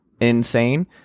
insane